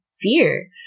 fear